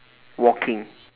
walking